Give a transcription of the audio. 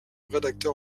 rédacteur